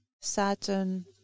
Saturn